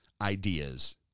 ideas